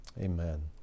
Amen